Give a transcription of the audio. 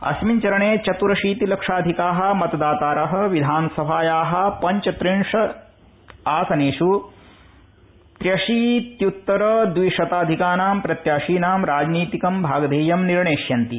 अस्मिन् चरणे चत्रशीति लक्षाधिका मतदातार विधानसभाया पञ्चत्रिंशदासनेष् त्यशीत्युत्तर द्विशताधिकानां प्रत्याशिनां राजनीतिकं भागधेयं निर्णेस्यन्ति